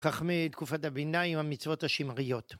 כך מתקופת הביניים המצוות השמריות